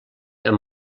amb